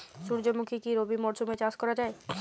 সুর্যমুখী কি রবি মরশুমে চাষ করা যায়?